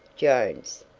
jones.